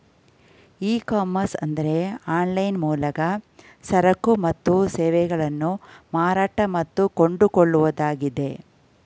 E commerce ಅಂದರೆ online ಮೂಲಕ ಸರಕು ಮತ್ತು ಸೇವೆಗಳನ್ನು ಮಾರಾಟ ಮತ್ತು ಕೊಂಡುಕೊಳ್ಳುವುದಾಗಿದೆ